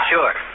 Sure